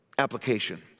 application